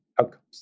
outcomes